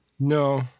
No